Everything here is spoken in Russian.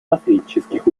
посреднических